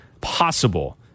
possible